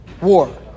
war